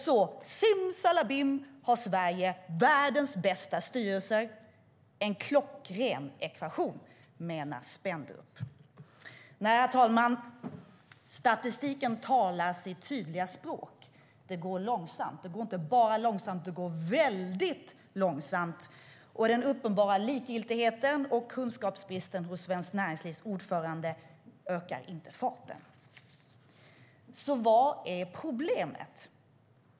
Simsalabim har Sverige världens bästa styrelser - en klockren ekvation, menar Spendrup. Nej, herr talman, statistiken talar sitt tydliga språk. Det går långsamt. Det går väldigt långsamt. Och den uppenbara likgiltigheten och kunskapsbristen hos Svenskt Näringslivs ordförande ökar inte farten. Vad är problemet?